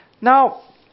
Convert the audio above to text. now